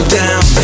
down